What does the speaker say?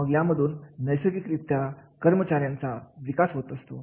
मग यामधून नैसर्गिक रित्या कर्मचाऱ्यांचा विकास होत असतो